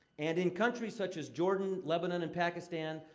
and in countries such as jordan, lebanon, and pakistan,